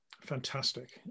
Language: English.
fantastic